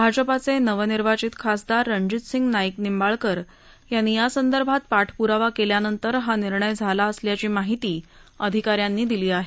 भाजपाचे नवनिर्वाचित खासदार रणजितसिंह नाईक निंबाळकर यांनी या संदर्भात पाठपुरावा केल्यानंतर हा निर्णय झाला असल्याची माहिती अधिकाऱ्यांनी दिली आहे